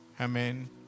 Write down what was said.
amen